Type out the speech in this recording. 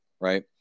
right